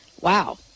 wow